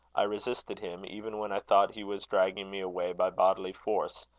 i resisted him, even when i thought he was dragging me away by bodily force.